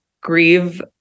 grieve